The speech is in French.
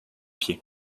pied